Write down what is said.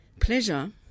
pleasure